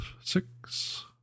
six